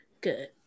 Good